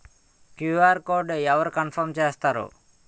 QR code అవరు confirm చేస్తారు?